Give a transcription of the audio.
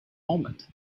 almond